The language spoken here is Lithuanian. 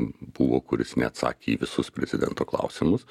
buvo kuris neatsakė į visus prezidento klausimus